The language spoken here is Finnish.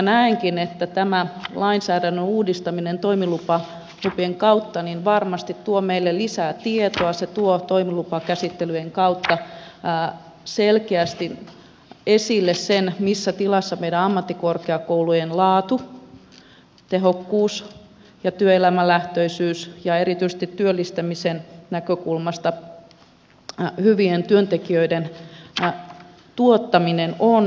näenkin että tämä lainsäädännön uudistaminen toimilupien kautta varmasti tuo meille lisää tietoa se tuo toimilupakäsittelyjen kautta selkeästi esille sen missä tilassa meidän ammattikorkeakoulujen laatu tehokkuus ja työelämälähtöisyys ja erityisesti työllistämisen näkökulmasta hyvien työntekijöiden tuottaminen on